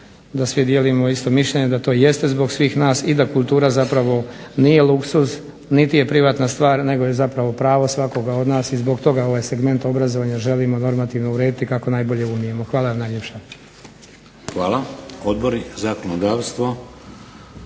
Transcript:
da svi dijelimo isto mišljenje da to jeste zbog svih nas i da kultura zapravo nije luksuz niti je privatna stvar nego je zapravo pravo svakoga od nas i zbog toga ovaj segment obrazovanja želimo normativno urediti kako najbolje umijemo. Hvala vam najljepša. **Šeks,